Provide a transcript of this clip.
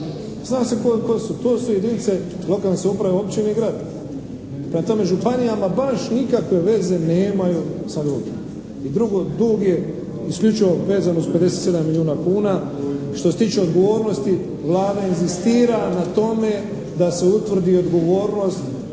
Zna se tko su. To su jedinice lokalne samouprave općine i gradovi. Prema tome, županijama baš nikakve veze nemaju sa grobljem. I drugo, dug je isključivo vezan uz 57 milijuna kuna. Što se tiče odgovornosti Vlada inzistira na tome da se utvrdi odgovornost